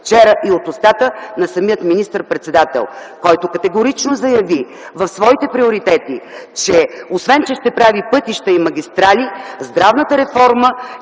вчера и от устата на самия министър-председател, който категорично заяви в своите приоритети – освен, че ще прави пътища и магистрали, здравната реформа